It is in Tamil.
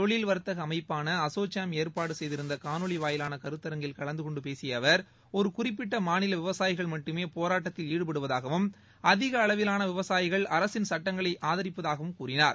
தொழில் வர்த்தக அமைப்பாள அசோசும் ஏற்பாடு செய்திருந்த காணொலி வாயிலான கருத்தரங்கில் கலந்து கொண்டு பேசிய அவர் ஒரு குறிப்பிட்ட மாநில விவசாயிகள் மட்டுமே போராட்டத்தில் ஈடுபடுவதாகவும் அதிக அளவிலான விவசாயிகள் அரசின் சுட்டங்களை ஆதரிப்பதாகவும் கூறினார்